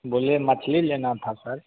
बोलिए मछली लेना था सर